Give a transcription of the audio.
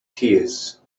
tears